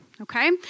Okay